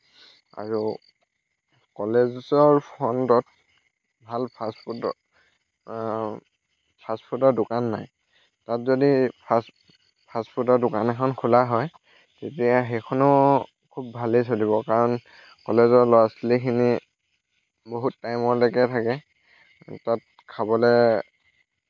আৰু কলেজৰ ফ্ৰণ্টত ভাল ফাষ্টফুডৰ ফাষ্টফুডৰ দোকান নাই তাত যদি ফাষ্ট ফাষ্টফুডৰ দোকান এখন খোলা হয় তেতিয়া সেইখনো খুব ভালেই চলিব কাৰণ কলেজৰ ল'ৰা ছোৱালীখিনি বহুত টাইমলৈকে থাকে তাত খাবলৈ